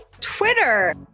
Twitter